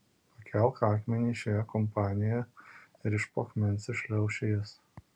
pakelk akmenį šioje kampanijoje ir iš po akmens iššliauš jis